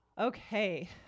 Okay